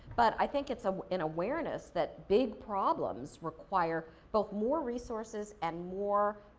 but i think it's an awareness that big problems require both more resources and more